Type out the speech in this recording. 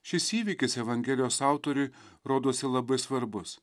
šis įvykis evangelijos autoriui rodosi labai svarbus